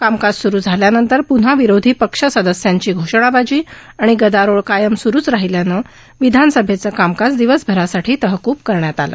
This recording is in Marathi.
कामकाज सुरू झाल्यानंतर पून्हा विरोधी पक्ष सदस्यांची घोषणाबाजी आणि गदारोळ कायम सुरूच राहील्यानं विधानसभेचं कामकाज दिवसभरासाठी तहकुब करण्यात आलं